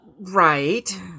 Right